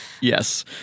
Yes